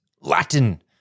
Latin